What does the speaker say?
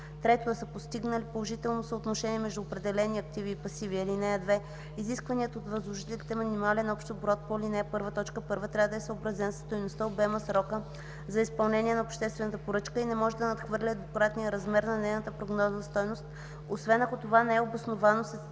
3. да са постигнали положително съотношение между определени активи и пасиви. (2) Изискваният от възложителите минимален общ оборот по ал. 1, т. 1 трябва да е съобразен със стойността, обема и срока за изпълнение на обществената поръчка и не може да надхвърля двукратния размер на нейната прогнозна стойност, освен ако това не е обосновано с